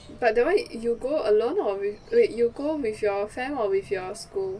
but that one you go alone or with wait you go with your fam or with your school